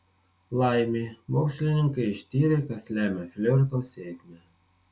laimė mokslininkai ištyrė kas lemia flirto sėkmę